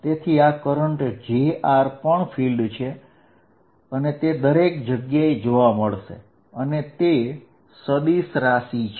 તેથી આ current j પણ ફિલ્ડ છે અને તે દરેક જગ્યાએ જોવા મળશે અને તે સદિશ રાશિ છે